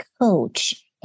coach